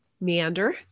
meander